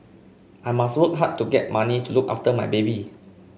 I must work hard to get money to look after my baby